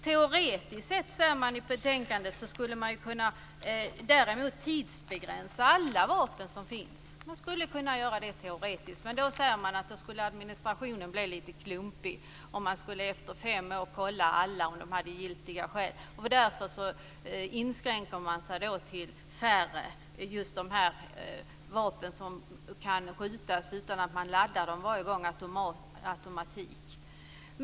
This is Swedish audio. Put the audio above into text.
Man säger i betänkandet att man däremot teoretiskt sett skulle kunna tidsbegränsa alla vapentillstånd som finns. Men då sägs det att administrationen bli lite klumpig, om man efter fem år skulle kontrollera om alla som har vapentillstånd har giltiga skäl. Därför inskränker man sig till färre vapen när det gäller just de vapen som kan skjutas utan att man laddar dem varje gång, alltså automatvapen.